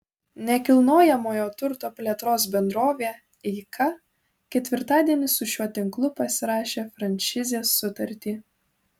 nekilnojamojo turto plėtros bendrovė eika ketvirtadienį su šiuo tinklu pasirašė franšizės sutartį